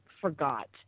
forgot